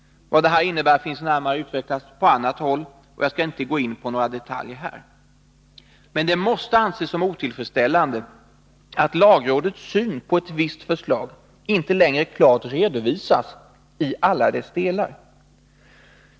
Vad detta innebär finns närmare utvecklat på annat håll och jag skall inte gå in på några detaljer här. Det måste anses som otillfredsställande att lagrådets syn på ett visst förslag inte längre klart redovisas i alla dess delar.